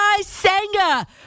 Senga